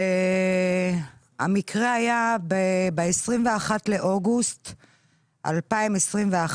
והמקרה היה ב-21 באוגוסט 2021,